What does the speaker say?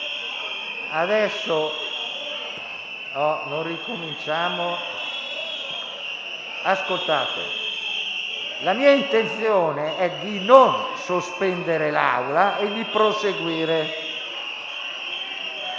Adesso non ricominciamo. Ascoltate: la mia intenzione è di non sospendere la seduta e di proseguire,